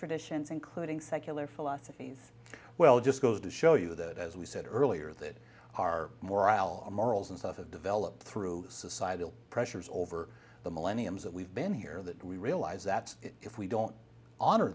traditions including secular philosophies well just goes to show you that as we said earlier there are more al morals and suffered develop through societal pressures over the millenniums that we've been here that we realize that if we don't honor